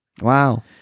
Wow